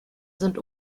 sind